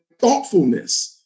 thoughtfulness